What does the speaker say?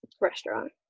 restaurant